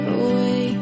away